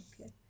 Okay